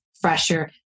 fresher